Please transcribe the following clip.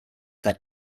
that